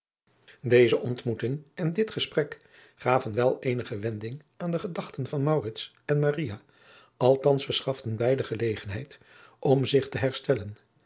deze ontmoeting en dit gesprek gaven wel eenige wending aan de gedachten van maurits en maria althans verschaften beide gelegenheid om zich te herstellen